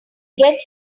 get